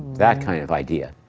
that kind of idea.